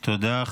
תודה.